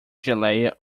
geléia